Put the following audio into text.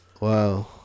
Wow